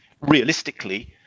realistically